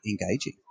engaging